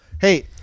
hey